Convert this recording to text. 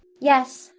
yes,